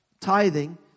Tithing